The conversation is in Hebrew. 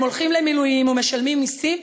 הם הולכים למילואים ומשלמים מסים,